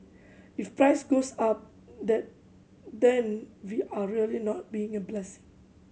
if price goes up the then we are really not being a blessing